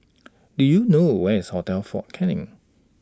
Do YOU know Where IS Hotel Fort Canning